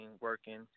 working